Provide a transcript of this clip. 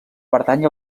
pertany